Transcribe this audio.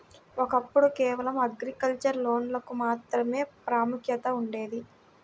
ఒకప్పుడు కేవలం అగ్రికల్చర్ లోన్లకు మాత్రమే ప్రాముఖ్యత ఉండేది